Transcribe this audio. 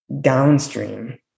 downstream